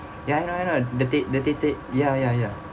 ya I know I know the thea~ the theatre ya ya ya